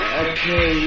okay